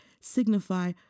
signify